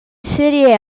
serie